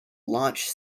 launch